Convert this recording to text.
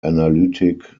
analytic